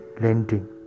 lending